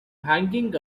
hanging